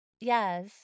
yes